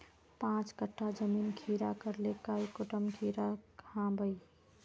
पाँच कट्ठा जमीन खीरा करले काई कुंटल खीरा हाँ बई?